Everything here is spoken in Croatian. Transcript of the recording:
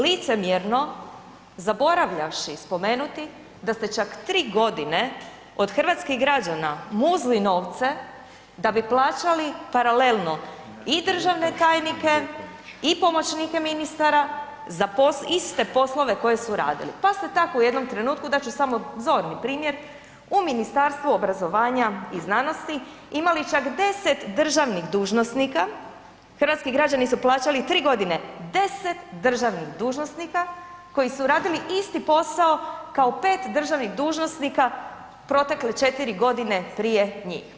Licemjerno zaboravljavši spomenuti da ste čak 3 godine od hrvatskih građana muzli novce da bi plaćali paralelno i državne tajnike i pomoćnike ministara za iste poslove koje su radili, pa ste tako u jednom trenutku, dat ću samo zorni primjer, u Ministarstvu obrazovanja i znanosti imali čak 10 državnih dužnosnika, hrvatski građani su plaćali 3 godine 10 državnih dužnosnika koji su radili isti posao kao 5 državnih dužnosnika protekle 4 godine prije njih.